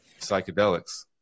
psychedelics